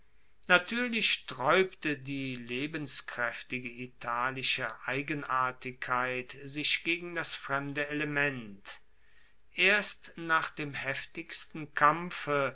natuerlich straeubte die lebenskraeftige italische eigenartigkeit sich gegen das fremde element erst nach dem heftigsten kampfe